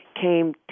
came